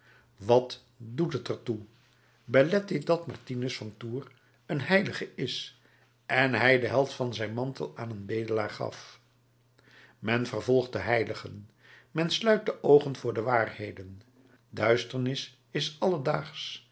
wat doet het er toe belet dit dat martinus van tours een heilige is en hij de helft van zijn mantel aan een bedelaar gaf men vervolgt de heiligen men sluit de oogen voor de waarheden duisternis is alledaagsch